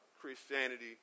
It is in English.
Christianity